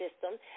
system